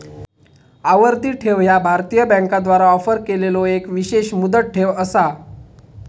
आवर्ती ठेव ह्या भारतीय बँकांद्वारा ऑफर केलेलो एक विशेष मुदत ठेव असा